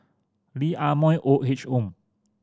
Lee Ah Mooi Old Age Home